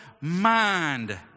mind